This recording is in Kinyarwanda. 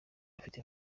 afite